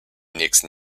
nächsten